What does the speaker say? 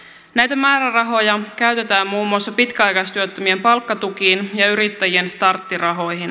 näitä määrärahoja käytetään muun muassa pitkäaikaistyöttömien palkkatukiin ja yrittäjien starttirahoihin